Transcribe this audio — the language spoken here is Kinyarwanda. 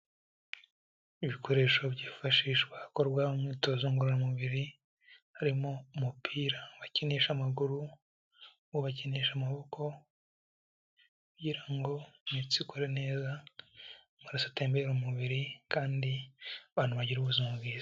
Ibikoresho byifashishwa hakorwa imyitozo ngororamubiri, harimo umupira bakinisha amaguru, uwo bakinisha amaboko, kugira ngo imitsi ikore neza amaraso atembere mu mubiri kandi abantu bagire ubuzima bwiza.